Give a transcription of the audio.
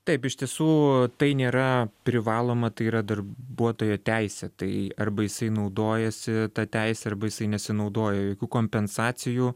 taip iš tiesų tai nėra privaloma tai yra darbuotojo teisė tai arba jisai naudojasi ta teise arba jisai nesinaudoja jokių kompensacijų